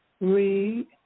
Read